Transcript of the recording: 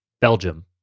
Belgium